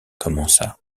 commença